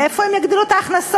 מאיפה הם יגדילו את ההכנסות?